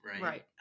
right